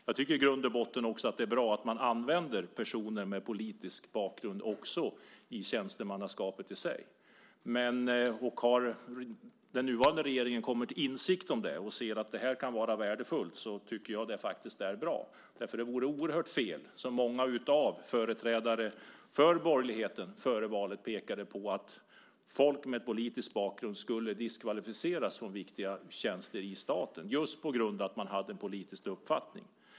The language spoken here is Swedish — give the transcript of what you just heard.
Jag tycker i grund och botten att det är bra att man också använder personer med politisk bakgrund i tjänstemannaskapet. Har den nuvarande regeringen kommit till insikt om det och ser att det kan vara värdefullt tycker jag att det är bra. Det vore oerhört fel, som många företrädare för borgerligheten pekade på före valet, att folk med politisk bakgrund ska diskvalificeras för viktiga tjänster i staten på grund av att man har en politisk uppfattning.